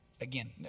Again